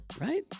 Right